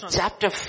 chapter